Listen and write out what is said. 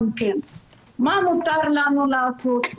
מה מותר לנו לעשות,